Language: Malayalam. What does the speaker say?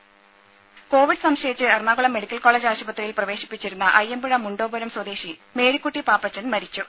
രുമ കോവിഡ് സംശയിച്ച് എറണാകുളം മെഡിക്കൽ കോളേജ് ആശുപത്രിയിൽ പ്രവേശിപ്പിച്ചിരുന്ന അയ്യമ്പുഴ മുണ്ടോപുരം സ്വദേശി മേരിക്കുട്ടി പാപ്പച്ചൻ മരിച്ചു